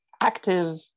active